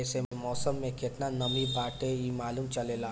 एसे मौसम में केतना नमी बाटे इ मालूम चलेला